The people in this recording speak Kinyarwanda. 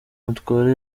mutwara